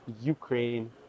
Ukraine